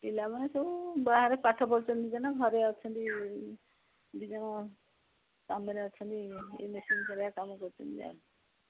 ପିଲାମାନେ ସବୁ ବାହାରେ ପାଠ ପଢ଼ୁଛନ୍ତି ଜଣେ ଘରେ ଅଛନ୍ତି ଦୁଇ ଜଣ କାମରେ ଅଛନ୍ତି ଏ ମେସିନ୍ କରିବା କାମ କରୁଛନ୍ତି ଯାହା